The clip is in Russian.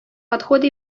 подходы